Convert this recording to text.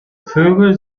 vögel